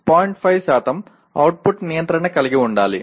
5 output నియంత్రణ కలిగి ఉండాలి